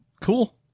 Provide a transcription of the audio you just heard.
cool